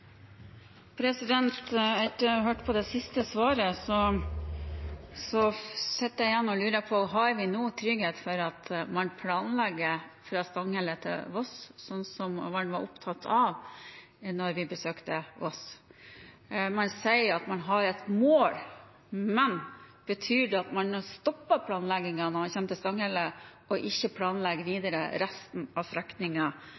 det siste svaret sitter jeg igjen og lurer på: Har vi nå trygghet for at man planlegger strekningen fra Stanghelle til Voss, som man vel var opptatt av da vi besøkte Voss? Man sier at man har et mål, men betyr det at man stopper planleggingen når man kommer til Stanghelle, og ikke planlegger